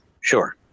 sure